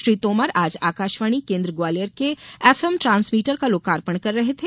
श्री तोमर आज आकाशवाणी केन्द्र ग्वालियर के एफ एम ट्रांसमीटर का लोकार्पण कर रहे थे